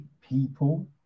people